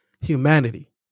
humanity